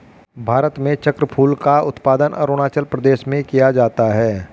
भारत में चक्रफूल का उत्पादन अरूणाचल प्रदेश में किया जाता है